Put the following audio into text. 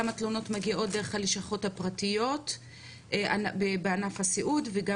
כמה תלונות מגיעות דרך הלשכות הפרטיות בענף הסיעוד וגם